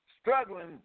Struggling